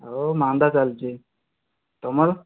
ଆଉ ମାନ୍ଦା ଚାଲିଛି ତମର